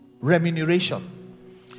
remuneration